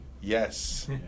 Yes